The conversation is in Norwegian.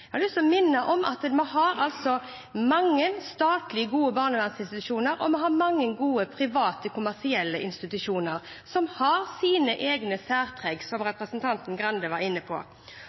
Jeg har lyst til å minne om at vi har mange gode statlige barnevernsinstitusjoner, og vi har mange gode private kommersielle institusjoner – som har sine egne særtrekk, som representanten Arild Grande var inne på.